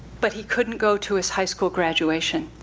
but he couldn't go to his high school graduation.